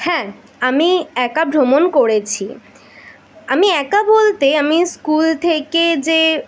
হ্যাঁ আমি একা ভ্রমণ করেছি আমি একা বলতে আমি স্কুল থেকে যে